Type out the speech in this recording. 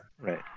Right